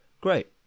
Great